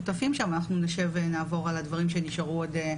ואנחנו יודעים שמצב פערי השכר של מדינת ישראל הוא לא מהטובים בעולם,